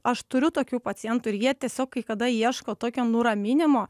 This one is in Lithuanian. aš turiu tokių pacientų ir jie tiesiog kai kada ieško tokio nuraminimo